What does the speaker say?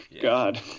God